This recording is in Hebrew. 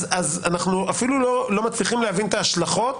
אני אפילו לא מצליח להבין את ההשלכות